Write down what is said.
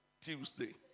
Tuesday